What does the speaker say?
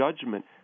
judgment